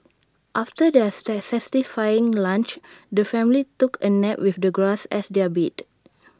after their satisfying lunch the family took A nap with the grass as their bed